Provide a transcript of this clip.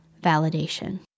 validation